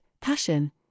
passion